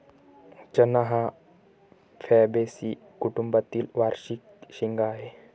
चणा हा फैबेसी कुटुंबातील वार्षिक शेंगा आहे